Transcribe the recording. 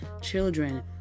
children